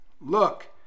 Look